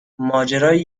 ماجرای